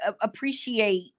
appreciate